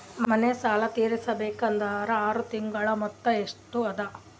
ಮನೆ ಸಾಲ ತೀರಸಬೇಕಾದರ್ ಆರ ತಿಂಗಳ ಮೊತ್ತ ಎಷ್ಟ ಅದ?